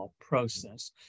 process